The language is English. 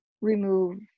remove